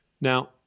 now